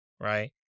right